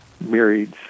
married